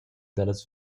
dallas